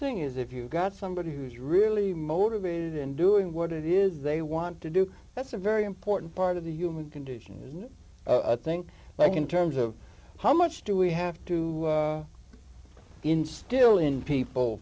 thing is if you've got somebody who's really motivated in doing what it is they want to do that's a very important part of the human condition i think like in terms of how much do we have to instill in people